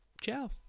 ciao